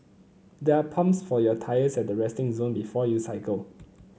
there are pumps for your tyres at the resting zone before you cycle